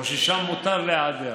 או ששם מותר להיעדר?